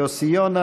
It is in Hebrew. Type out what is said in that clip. יוסי יונה,